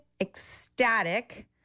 ecstatic